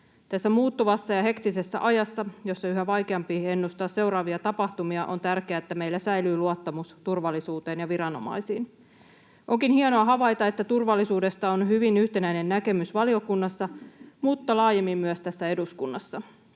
Tässä muuttuvassa ja hektisessä ajassa, jossa on yhä vaikeampi ennustaa seuraavia tapahtumia, on tärkeää, että meillä säilyy luottamus turvallisuuteen ja viranomaisiin. Onkin hienoa havaita, että turvallisuudesta on hyvin yhtenäinen näkemys valiokunnassa mutta laajemmin myös tässä eduskunnassa.